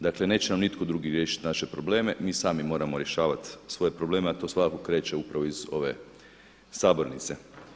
Dakle neće nam nitko drugi riješiti naše probleme, mi sami moramo rješavati svoje probleme a to svakako kreće upravo iz ove sabornice.